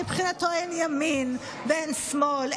מבחינתו אין ימין ואין שמאל,